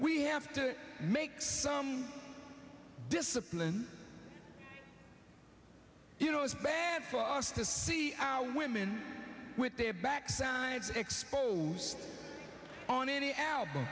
we have to make some discipline you know it's bad for us to see our women with their backsides exposed on any album